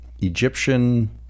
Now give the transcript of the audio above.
egyptian